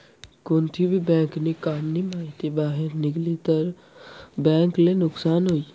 कोणती भी बँक नी काम नी माहिती बाहेर निगनी तर बँक ले नुकसान हुई